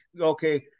okay